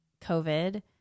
COVID